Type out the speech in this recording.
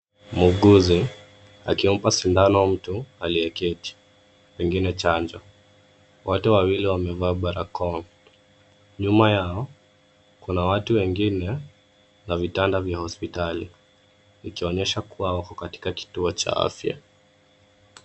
Muuguzi akimpa sindano mtu aliyeketi. Pengine chanjo. Wote wawili wamevaa barakoa. Nyuma yao kuna watu wengine na vitanda vya hospitali, ikionyesha kuwa wako katika kituo cha afya.